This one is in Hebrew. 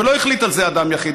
ולא החליט על זה אדם יחיד,